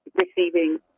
receiving